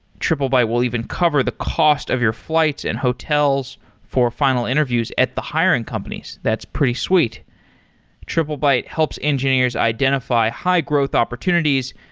triplebyte will even cover the cost of your flights and hotels for final interviews at the hiring companies. that's pretty sweet triplebyte helps engineers identify high-growth opportunities,